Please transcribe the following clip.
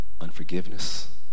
unforgiveness